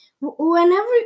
whenever